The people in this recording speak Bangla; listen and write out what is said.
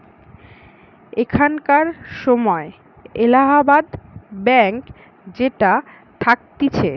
এখানকার সময় এলাহাবাদ ব্যাঙ্ক যেটা থাকতিছে